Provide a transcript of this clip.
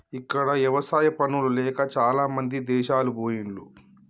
ఇక్కడ ఎవసాయా పనులు లేక చాలామంది దేశాలు పొయిన్లు